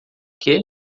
que